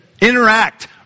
interact